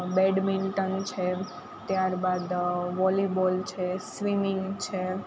badminton છે ત્યારબાદ volleyball છે સ્વિમિંગ છે